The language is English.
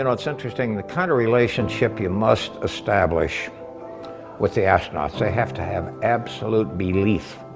and it's interesting, the kind of relationship you must establish with the astronauts. they have to have absolute belief